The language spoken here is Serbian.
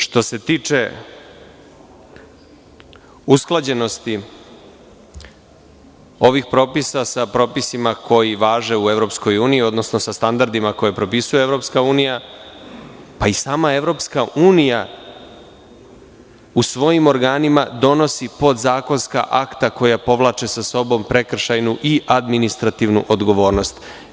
Što se tiče usklađenosti ovih propisa sa propisima koji važe u EU, odnosno sa standardima koje propisuje EU, pa i sama EU u svojim organima donosi podzakonska akta koja povlače sa sobom prekršajnu i administrativnu odgovornost.